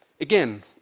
Again